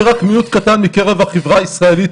שרק מיעוט קטן מקרב החברה הישראלית,